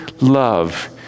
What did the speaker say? love